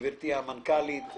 גברתי המנכ"לית,